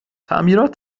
تعمیرات